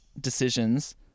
decisions